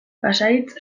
pasahitz